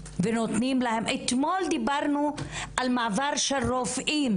אתמול דיברנו על מעבר של רופאים